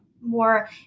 more